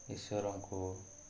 ଈଶ୍ୱରଙ୍କୁ